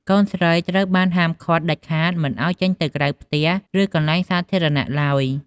កូនស្រីត្រូវបានហាមឃាត់ដាច់ខាតមិនឱ្យចេញទៅក្រៅផ្ទះ ឬកន្លែងសាធារណៈឡើយ។